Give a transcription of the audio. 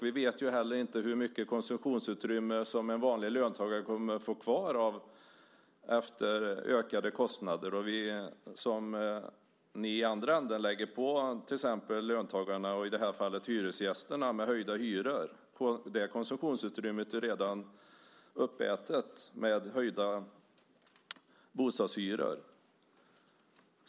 Vi vet inte heller hur stort konsumtionsutrymme som en vanlig löntagare kommer att få kvar efter ökade kostnader som ni i andra änden lägger på löntagarna, och i det här fallet hyresgästerna med höjda hyror. Det konsumtionsutrymmet är redan uppätet med höjda bostadshyror.